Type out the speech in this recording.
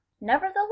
nevertheless